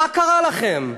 מה קרה לכם?